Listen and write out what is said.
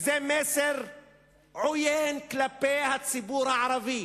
זה מסר עוין כלפי הציבור הערבי,